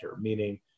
meaning